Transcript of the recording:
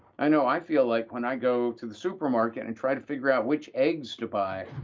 i know i feel like when i go to the supermarket and try to figure out which eggs to buy,